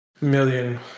million